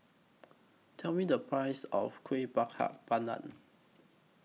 Tell Me The Price of Kuih Bakar Pandan